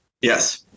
Yes